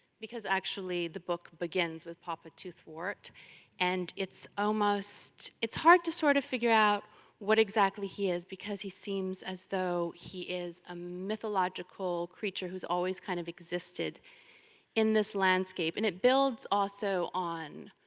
because actually the book begins with papa toothwort and it's almost. it's hard to sort of figure out what exactly he is because he seems as though he is a mythological creature who's always kind of existed in this landscape. and it builds also on.